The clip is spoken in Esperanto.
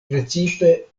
precipe